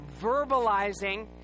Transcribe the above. verbalizing